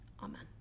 Amen